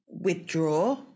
withdraw